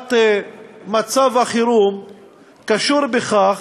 הארכת מצב החירום קשור בכך